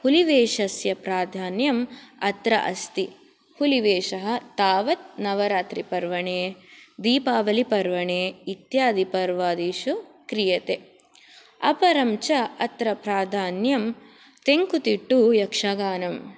हुलिवेशस्य प्राधान्यम् अत्र अस्ति हुलिवेशः तावत् नवरात्रिपर्वणे दीपावलीपर्वणे इत्यादि पर्वादीषु क्रियते अपरं च अत्र प्राधान्यं तेङ्कुतिट्टु यक्षगानम्